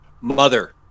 Mother